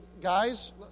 guys